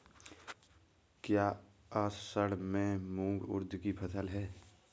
क्या असड़ में मूंग उर्द कि फसल है?